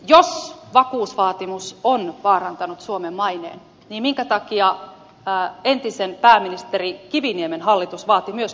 jos vakuusvaatimus on vaarantanut suomen maineen niin minkä takia entisen pääministerin kiviniemen hallitus myöskin vaati vakuuksia